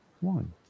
one